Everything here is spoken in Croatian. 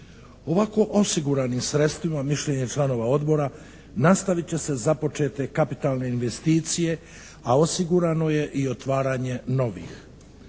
Ovako osiguranim sredstvima, mišljenje je članova odbora, nastavit će se započete kapitalne investicije a osigurano je i otvaranje novih.